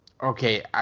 Okay